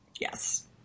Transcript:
Yes